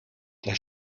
das